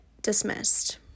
dismissed